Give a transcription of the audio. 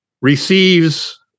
receives